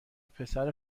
پسر